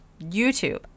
YouTube